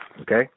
Okay